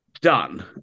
done